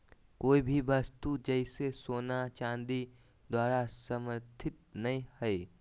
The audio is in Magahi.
कोय भी वस्तु जैसे सोना चांदी द्वारा समर्थित नय हइ